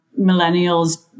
millennials